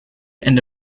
and